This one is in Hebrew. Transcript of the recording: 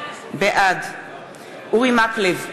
בעד אורי מקלב,